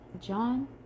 John